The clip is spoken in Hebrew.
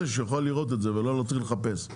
שהוא יוכל לראות את זה ולא להתחיל לחפש.